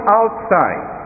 outside